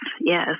yes